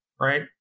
right